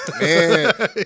Man